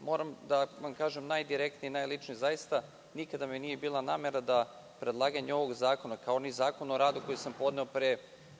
Moram da vam kažem najdirektnije, najličnije, nikada mi nije bila namera da predlaganjem ovog zakona, kao ni izmene i dopune Zakona o radu koji sam podneo pre